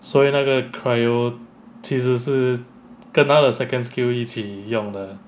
所以那个 cyro 其实是跟他的那个 second skill 一起用的